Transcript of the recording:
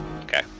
Okay